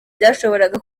byashoboraga